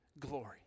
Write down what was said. glory